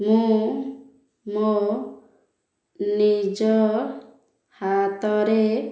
ମୁଁ ମୋ ନିଜ ହାତରେ